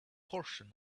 portion